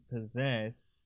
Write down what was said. possess